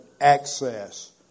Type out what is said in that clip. access